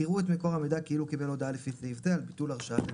יראו את מקור המידע כאילו קיבל הודעה לפי סעיף זה על ביטול הרשאת הגישה.